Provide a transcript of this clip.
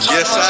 Yes